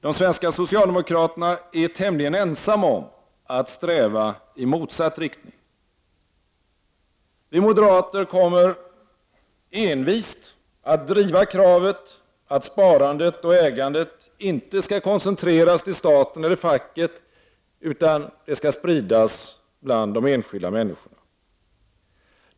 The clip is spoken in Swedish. De svenska socialdemokraterna är tämligen ensamma om att sträva i motsatt riktning. Vi moderater kommer envist att driva kravet att sparandet och ägandet inte skall koncentreras till staten eller facket utan spridas bland de enskilda människorna.